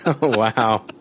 wow